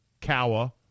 Kawa